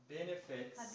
Benefits